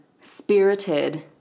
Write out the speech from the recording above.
spirited